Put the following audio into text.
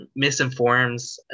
misinforms